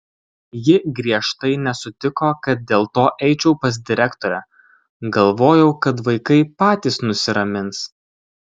ji griežtai nesutiko kad dėl to eičiau pas direktorę galvojau kad vaikai patys nusiramins